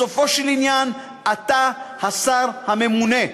בסופו של עניין אתה השר הממונה.